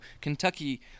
Kentucky